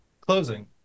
closing